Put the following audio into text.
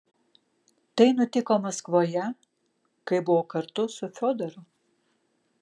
tai nutiko maskvoje kai buvau kartu su fiodoru